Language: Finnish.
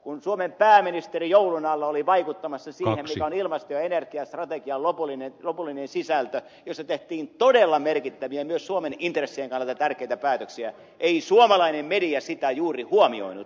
kun suomen pääministeri joulun alla oli vaikuttamassa siihen mikä on ilmasto ja energiastrategian lopullinen sisältö jossa tehtiin todella merkittäviä myös suomen intressien kannalta tärkeitä päätöksiä ei suomalainen media sitä juuri huomioinut